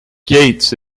gates